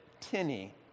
tinny